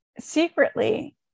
secretly